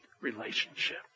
relationship